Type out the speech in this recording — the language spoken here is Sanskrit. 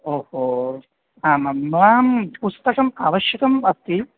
ओ हो आमां मां पुस्तकम् आवश्यकम् अस्ति